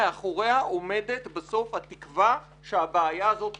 מאחוריה עומדת בסוף התקווה שהבעיה הזאת תמות.